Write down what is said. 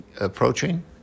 approaching